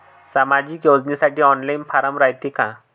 सामाजिक योजनेसाठी online form रायते का?